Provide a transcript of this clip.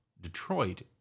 Detroit